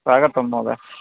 आगतं महोदय